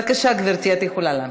בבקשה, גברתי, את יכולה להמשיך.